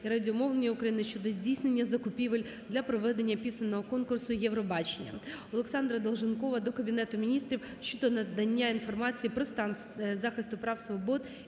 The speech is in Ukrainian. радіомовлення України щодо здійснення закупівель для проведення пісенного конкурсу "Євробачення". Олександра Долженкова до Кабінету Міністрів щодо надання інформації про стан захисту прав, свобод